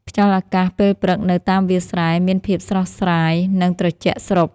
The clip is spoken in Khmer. ខ្យល់អាកាសពេលព្រឹកនៅតាមវាលស្រែ មានភាពស្រស់ស្រាយ និងត្រជាក់ស្រ៊ប់។